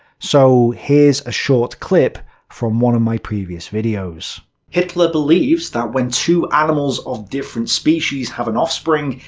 so, here's a short clip from one of my previous videos hitler believes that when two animals of different species have an offspring,